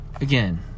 Again